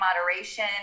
moderation